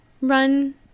run